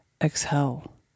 exhale